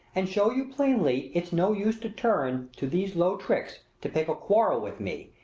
and show you plainly it's no use to turn to these low tricks, to pick a quarrel with me,